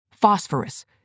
Phosphorus